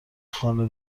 خانه